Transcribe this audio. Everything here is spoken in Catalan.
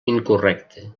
incorrecte